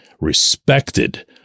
respected